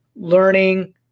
learning